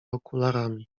okularami